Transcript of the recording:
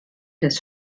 des